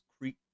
Creek